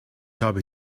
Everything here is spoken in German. habe